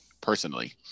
personally